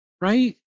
right